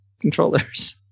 controllers